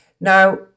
now